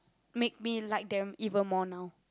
make me like them even more now